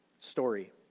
story